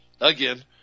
again